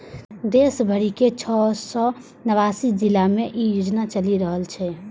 देश भरिक छह सय नवासी जिला मे ई योजना चलि रहल छै